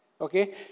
okay